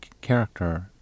character